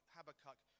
Habakkuk